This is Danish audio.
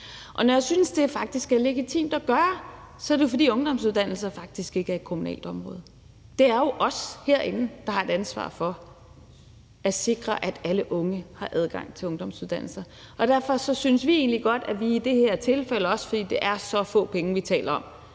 Og når jeg synes, at det faktisk er legitimt at gøre, er det, fordi ungdomsuddannelser faktisk ikke er et kommunalt område. Det er jo os herinde, der har et ansvar for at sikre, at alle unge har adgang til ungdomsuddannelser, og derfor synes vi egentlig, at vi fra Christiansborgs side i det her tilfælde – også fordi det er så få penge, vi taler om